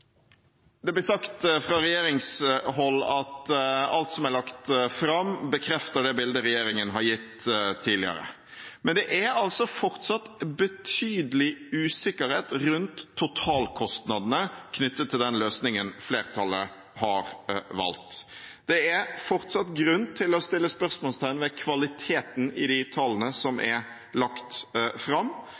Det blir sagt fra regjeringshold at alt som er lagt fram, bekrefter det bildet regjeringen har gitt tidligere, men det er altså fortsatt betydelig usikkerhet rundt totalkostnadene knyttet til den løsningen flertallet har valgt. Det er fortsatt grunn til å stille spørsmål ved kvaliteten i de tallene som er lagt fram,